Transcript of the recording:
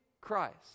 Christ